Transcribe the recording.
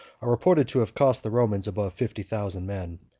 are reported to have cost the romans above fifty thousand men.